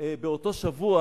באותו שבוע,